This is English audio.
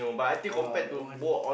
!wah! that one